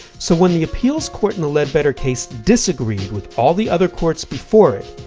so when the appeals court in the ledbetter case disagreed with all the other courts before it,